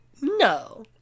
No